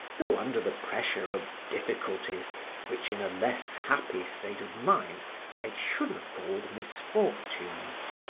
though under the pressure of difficulties which in a less happy state of mind i should have called misfortunes.